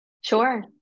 Sure